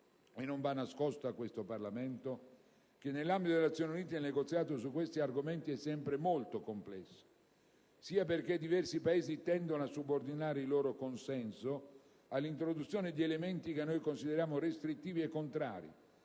e non va nascosto a questo Parlamento, che nell'ambito delle Nazioni Unite il negoziato su questi argomenti è sempre molto complesso, sia perché diversi Paesi tendono a subordinare il loro consenso all'introduzione di elementi che noi consideriamo restrittivi e contrari